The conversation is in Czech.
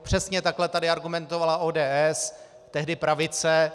Přesně takhle tady argumentovala ODS, tehdy pravice.